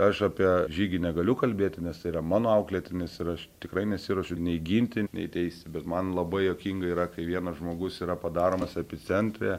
aš apie žygį negaliu kalbėti nes tai yra mano auklėtinis ir aš tikrai nesiruošiu nei ginti nei teisti bet man labai juokinga yra kai vienas žmogus yra padaromas epicentre